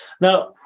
now